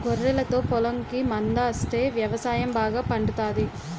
గొర్రెలతో పొలంకి మందాస్తే వ్యవసాయం బాగా పండుతాది